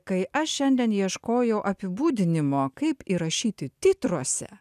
kai aš šiandien ieškojau apibūdinimo kaip įrašyti titruose